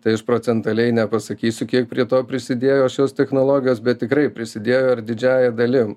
tai aš procentaliai nepasakysiu kiek prie to prisidėjo šios technologijos bet tikrai prisidėjo ir didžiąja dalim